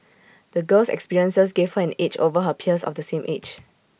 the girl's experiences gave her an edge over her peers of the same age